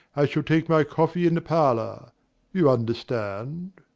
i shall take my coffee in the parlour you understand.